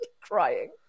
crying